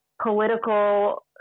political